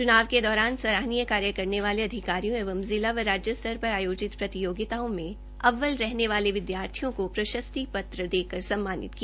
चुनाव के दौरान सराहनीय कार्य करने वाले अधिकारियों एवं जिला एवं राज्य स्तर पर आयोजित प्रतियोगिताओं में अव्वल रहने वाले विद्यार्थियों को प्रशस्ति पत्र देकर सम्मानित किया